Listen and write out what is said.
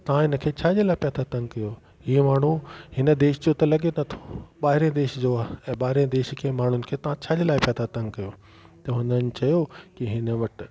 तां हिन खे छाजे लाइ पिया था तंग कियो इहो माण्हू हिन देश जो त लॻे नथो ॿाहिरि देश जो आहे ऐं ॿाहिरि देश जे माण्हूअ खे तां छाजे लाइ पिया था तंग कियो त हुननि चयो की हिन वटि